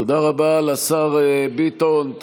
תודה רבה לשר ביטון.